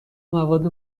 مواد